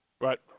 Right